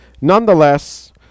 nonetheless